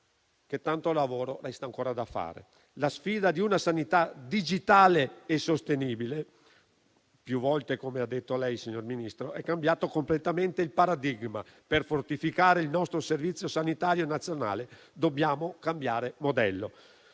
che tanto lavoro resta ancora da fare. La sfida di una sanità digitale e sostenibile - come ha detto lei più volte, signor Ministro - è cambiare completamente il paradigma per fortificare il nostro Servizio sanitario nazionale. Dobbiamo cambiare modello.